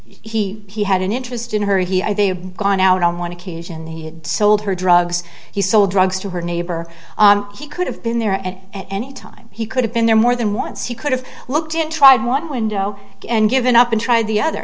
he he had an interest in her he i think gone out on one occasion he had sold her drugs he sold drugs to her neighbor he could have been there and at any time he could have been there more than once he could have looked in tried one window and given up and tried the other